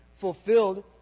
fulfilled